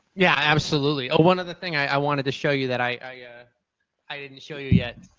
yeah. absolutely. one other thing i wanted to show you that i yeah i didn't show you yet.